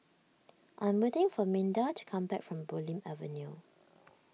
I'm waiting for Minda to come back from Bulim Avenue